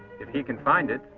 if he can find it,